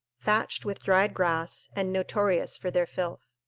thatched with dried grass, and notorious for their filth.